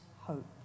hope